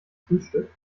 frühstück